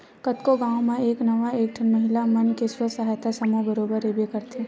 कतको गाँव म एक ना एक ठन महिला मन के स्व सहायता समूह बरोबर रहिबे करथे